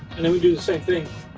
and then we do the same thing.